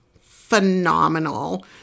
phenomenal